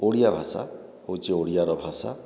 ଓଡ଼ିଆଭାଷା ହେଉଛି ଓଡ଼ିଆର ଭାଷା